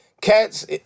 Cats